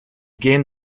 gehen